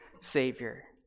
Savior